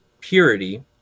purity